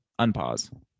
unpause